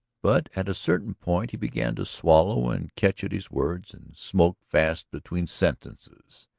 but at a certain point he began to swallow and catch at his words and smoke fast between sentences.